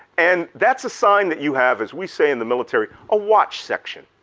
and that's a sign that you have, as we say in the military, a watch section.